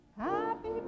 Happy